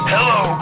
Hello